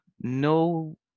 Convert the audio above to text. no